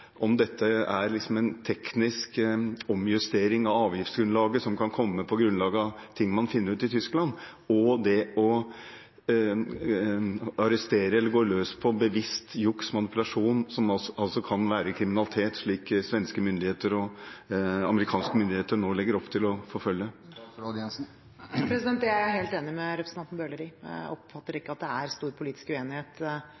grunnlag av ting man finner ut i Tyskland, og det å arrestere eller gå løs på bevisst juks, manipulasjon, som kan være kriminalitet, som svenske myndigheter og amerikanske myndigheter nå legger opp til å forfølge. Det er jeg helt enig med representanten Bøhler i. Jeg oppfatter